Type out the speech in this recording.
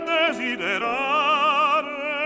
desiderare